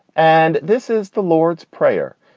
and this is the lord's prayer.